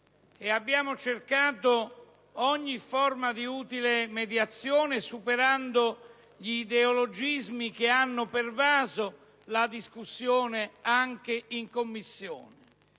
Abbiamo cercato ogni forma di utile mediazione, superando gli ideologismi che hanno pervaso la discussione anche in Commissione.